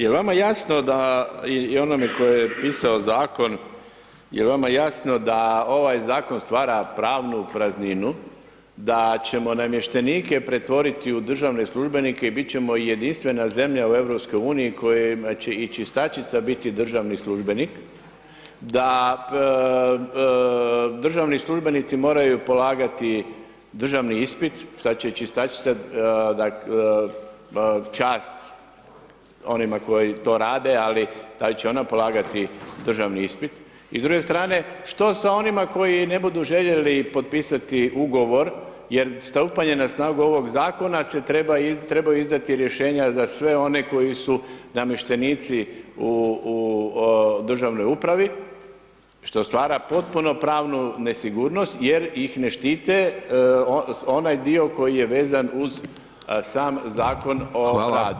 Jel vam jasno da i onome ko je pisao zakon, jel vama jasno da ovaj zakon stvara pravnu prazninu da ćemo namještenike pretvoriti u državne službenike i bit ćemo jedinstvena zemlja u EU kojima će i čistačica biti državni službenik, da državni službenici moraju polagati državni ispit, šta će i čistačica, čast onima koji to rade, ali da li će ona polagati državni ispit i s druge strane što sa onima koji ne budu željeli potpisati ugovor jer stupanjem na snagu ovog zakona se trebaju izdati rješenja za sve one koji su namještenici u državnoj upravi što stvara potpunu pravnu nesigurnost jer ih ne štite onaj dio koji je vezan uz sam Zakon o radu.